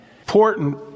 important